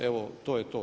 Evo to je to.